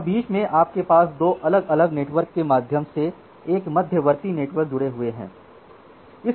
और बीच में आपके पास 2 अलग अलग नेटवर्क के माध्यम से एक मध्यवर्ती नेटवर्क जुड़े हुए है